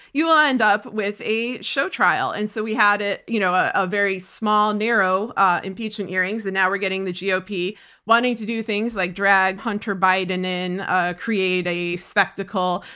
you'll end up with a show trial. and so, we had it, you know ah a very small, narrow impeachment hearing. and now we're getting the gop wanting to do things like drag hunter biden in, ah create a spectacle,